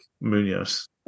Munoz